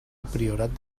priorat